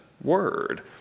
word